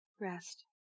Rest